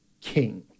king